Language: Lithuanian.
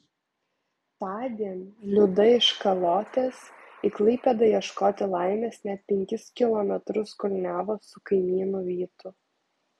tądien liuda iš kalotės į klaipėdą ieškoti laimės net penkis kilometrus kulniavo su kaimynu vytu